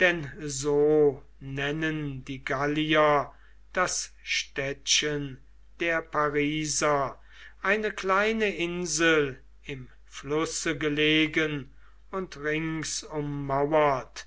denn so nennen die gallier das städtchen der pariser eine kleine insel im flusse gelegen und rings ummauert